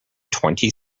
twenty